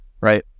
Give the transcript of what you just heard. right